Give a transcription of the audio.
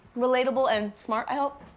relatable, and smart, i hope.